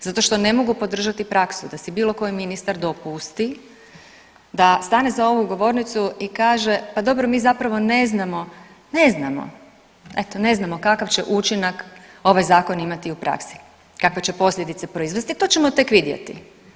Zato što ne mogu podržati praksu da si bilo koji ministar dopusti da stane za ovu govornicu i kaže pa dobro mi zapravo ne znamo, ne znamo, eto ne znamo kakav će učinak ovaj zakon imati u praksi, kakve će posljedice proizvesti to ćemo tek vidjeti.